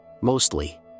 Mostly